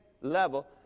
level